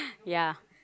ya